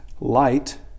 light